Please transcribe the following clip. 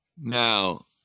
Now